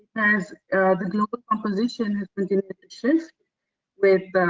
as the global composition shift with